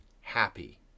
happy